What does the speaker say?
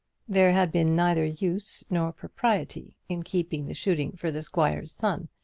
there had been neither use nor propriety in keeping the shooting for the squire's son,